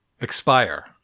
Expire